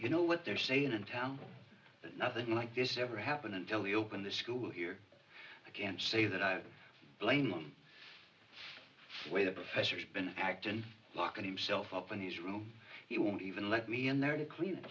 you know what they're saying in town nothing like this ever happened until we open the school here i can't say that i blame the way the professor's been actin locking himself up in his room he won't even let me in there to clean